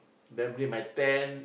then bring my tent